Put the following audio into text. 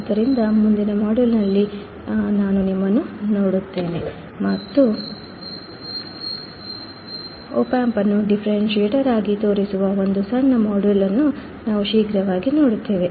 ಆದ್ದರಿಂದ ಮುಂದಿನ ಮಾಡ್ಯೂಲ್ನಲ್ಲಿ ನಾನು ನಿಮ್ಮನ್ನು ನೋಡುತ್ತೇನೆ ಮತ್ತು ಓಪ್ಯಾಂಪ್ ಅನ್ನು ಡಿಫರೆನ್ಷಿಯೇಟರ್ ಆಗಿ ತೋರಿಸುವ ಒಂದು ಸಣ್ಣ ಮಾಡ್ಯೂಲ್ ಅನ್ನು ನಾವು ಶೀಘ್ರವಾಗಿ ನೋಡುತ್ತೇವೆ